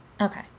Okay